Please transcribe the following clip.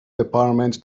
department